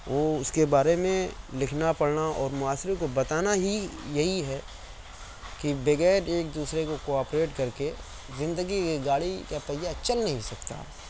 وہ اُس کے بارے میں لِکھنا پڑھنا اور معاشرے کو بتانا ہی یہی ہے کہ بغیر ایک دوسرے کو کوآپریٹ کر کے زندگی کی گاڑی کا پہیہ چل نہیں سکتا